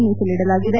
ಮೀಸಲಿಡಲಾಗಿದೆ